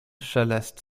szelest